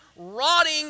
rotting